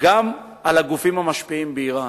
גם על הגופים המשפיעים באירן,